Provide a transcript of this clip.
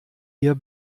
hier